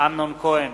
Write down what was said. אמנון כהן,